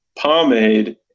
pomade